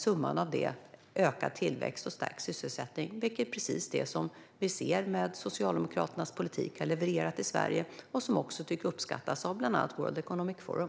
Summan blir ökad tillväxt och stärkt sysselsättning, vilket är precis vad vi ser att Socialdemokraternas politik har levererat i Sverige. Det tycks även uppskattas av bland annat World Economic Forum.